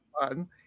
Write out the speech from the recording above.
fun